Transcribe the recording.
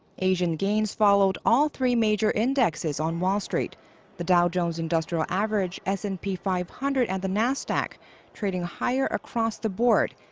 asian gains followed all three major indexes on wall street the dow jones industrial average, s and p five hundred and the nasdaq trading higher across the board,